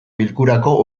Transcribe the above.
bilkurako